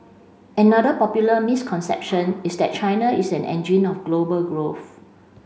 another popular misconception is that China is an engine of global growth